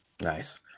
nice